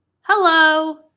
Hello